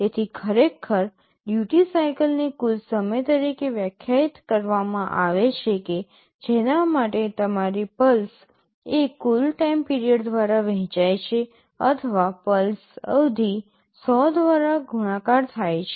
તેથી ખરેખર duty cycle ને કુલ સમય તરીકે વ્યાખ્યાયિત કરવામાં આવે છે કે જેના માટે તમારી પલ્સ એ કુલ ટાઇમ પીરિયડ દ્વારા વહેંચાય છે અથવા પલ્સ અવધિ ૧૦૦ દ્વારા ગુણાકાર થાય છે